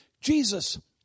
Jesus